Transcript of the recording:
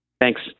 Thanks